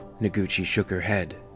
noguchi shook her head.